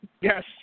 Yes